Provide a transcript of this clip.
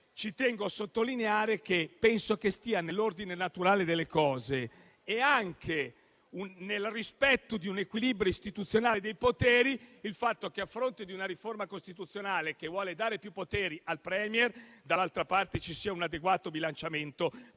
alle spalle del Paese, penso stia nell'ordine naturale delle cose. È anche nel rispetto di un equilibrio istituzionale dei poteri il fatto che, a fronte di una riforma costituzionale che vuole dare più poteri al *Premier*, dall'altra parte vi sia un adeguato bilanciamento